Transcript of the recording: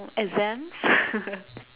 exams